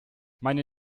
meine